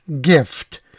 gift